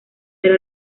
era